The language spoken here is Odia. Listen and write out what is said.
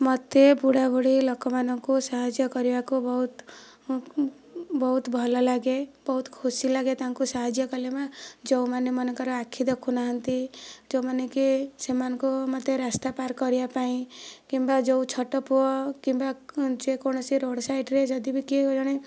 ମୋତେ ବୁଢ଼ାବୁଢ଼ୀ ଲୋକମାନଙ୍କୁ ସାହାଯ୍ୟ କରିବାକୁ ବହୁତ ବହୁତ ଭଲଲାଗେ ବହୁତ ଖୁସି ଲାଗେ ତାଙ୍କୁ ସାହାଯ୍ୟ କଲେ ନା ଯେଉଁମାନେ ମାନଙ୍କର ଆଖି ଦେଖୁନାହାନ୍ତି ଯେଉଁମାନେ କି ସେମାନଙ୍କୁ ମୋତେ ରାସ୍ତା ପାର କରିବା ପାଇଁ କିମ୍ବା ଯେଉଁ ଛୋଟ ପୁଅ କିମ୍ବା ଯେକୌଣସି ରୋଡ଼ ସାଇଡ଼ରେ ଯଦି ବି କିଏ ଜଣେ